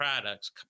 products